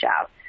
out